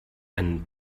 einen